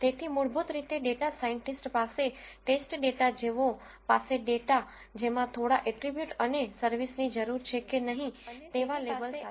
તેથી મૂળભૂત રીતે ડેટા સાઈનટીસ્ટ પાસે ટેસ્ટ ડેટા જેવો પાસે ડેટા જેમાં થોડા એટ્રીબ્યુટ અને સર્વિસની જરૂર છે કે નહીં તેવા લેબલ સાથે હોય છે